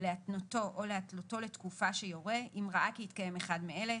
להתנותו או להתלותו לתקופה שיורה אם ראה כי התקיים אחד מאלה: